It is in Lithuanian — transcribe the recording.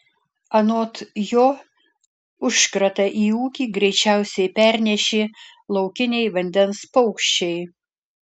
anot jo užkratą į ūkį greičiausiai pernešė laukiniai vandens paukščiai